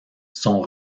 sont